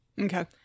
Okay